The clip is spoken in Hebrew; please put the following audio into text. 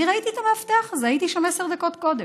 אני ראיתי את המאבטח הזה, הייתי שם עשר דקות קודם.